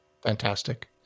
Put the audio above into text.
fantastic